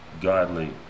godly